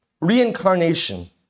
reincarnation